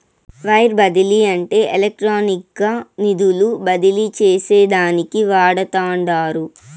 wire బదిలీ అంటే ఎలక్ట్రానిక్గా నిధులు బదిలీ చేసేదానికి వాడతండారు